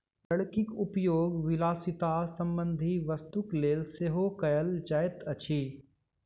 लकड़ीक उपयोग विलासिता संबंधी वस्तुक लेल सेहो कयल जाइत अछि